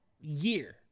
year